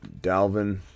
Dalvin